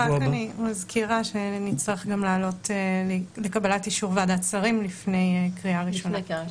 אני רק מזכירה שנצטרך גם לקבל אישור מוועדת השרים לפני הקריאה הראשונה.